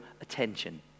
attention